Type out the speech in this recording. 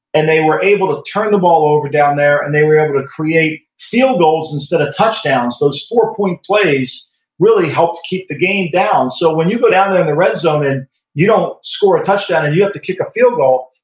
and they were able to turn the ball over down there, and they were able to create field goals instead of touchdowns, those four point plays really helped keep the game down so, when you go down there in the red zone and you don't score a touchdown and you have to kick a field goal,